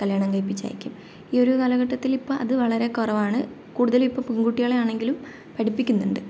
കല്യാണം കഴിപ്പിച്ച് അയയ്ക്കും ഈ ഒരു കാലഘട്ടത്തിലിപ്പം അത് വളരെ കുറവാണ് കൂടുതലിപ്പോൾ പെൺകുട്ടികളെ ആണെങ്കിലും പഠിപ്പിക്കുന്നുണ്ട്